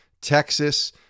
Texas